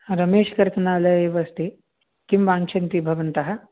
हा रमेश् कर्तनालय एव अस्ति किं वाञ्छन्ति भवन्तः